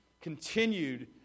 continued